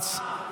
ותעבור